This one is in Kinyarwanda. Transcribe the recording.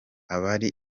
abari